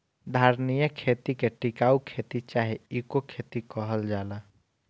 धारणीय खेती के टिकाऊ खेती चाहे इको खेती कहल जाला